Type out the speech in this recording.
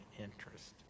interest